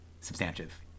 substantive